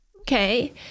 Okay